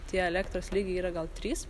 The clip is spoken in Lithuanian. tie elektros lygiai yra gal trys